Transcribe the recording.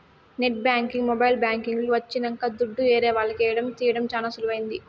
net banking mobile banking లు వచ్చినంక దుడ్డు ఏరే వాళ్లకి ఏయడం తీయడం చానా సులువైంది